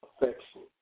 Affection